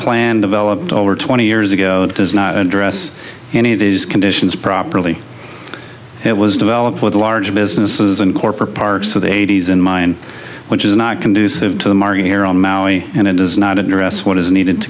plan developed over twenty years ago does not address any of these conditions properly it was developed with the large businesses and corporate parks of the eighty's in mind which is not conducive to the market here on maui and it does not address what is needed to